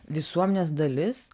visuomenės dalis